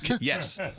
Yes